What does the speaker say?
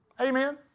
Amen